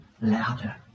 louder